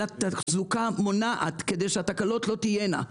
אלא תחזוקה מונעת כדי שהתקלות לא תהיינה,